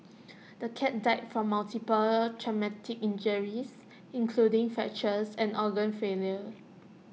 the cat died from multiple traumatic injuries including fractures and organ failure